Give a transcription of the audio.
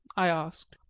i asked.